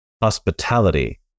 Hospitality